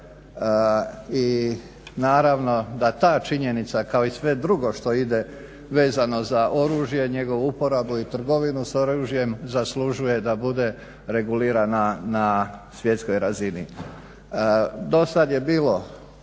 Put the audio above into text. I naravno da ta činjenica kao i sve drugo što ide vezano za oružje, njegovu uporabu i trgovinu s oružjem zaslužuje da bude regulirana na svjetskoj razini.